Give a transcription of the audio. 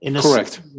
correct